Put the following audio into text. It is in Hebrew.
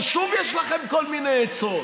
ושוב יש לכם כל מיני עצות: